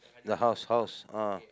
the house house ah